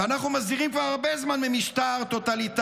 ואנחנו מזהירים כבר הרבה זמן ממשטר טוטליטרי.